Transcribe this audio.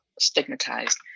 stigmatized